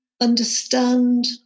understand